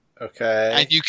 Okay